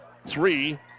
three